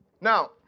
Now